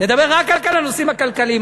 נדבר רק על הנושאים הכלכליים.